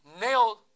nailed